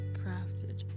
crafted